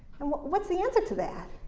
and what's the answer to that?